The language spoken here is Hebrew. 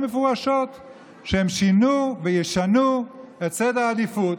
מפורשות שהם שינו וישנו את סדר העדיפויות,